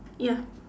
ya